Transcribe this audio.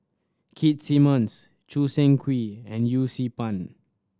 Keith Simmons Choo Seng Quee and Yee Siew Pun